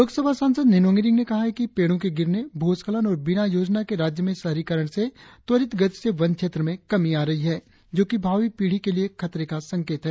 लोक सभा सांसद निनोंग इरिंग ने कहा है कि पेड़ों के गिरने भूस्खलन और बिना योजना के राज्य में शहरीकरण से त्वरित गति से वन क्षेत्र में कमी आ रही है जो कि भावी पीढ़ी के लिए खतरे का संकेत है